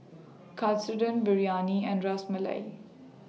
Katsudon Biryani and Ras Malai